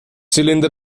zylinder